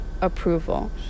approval